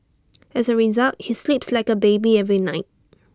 as A result he sleeps like A baby every night